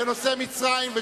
זה בנושא מצרים.